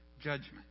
judgment